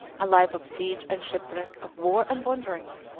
a life of siege and shipwreck, of war and wandering,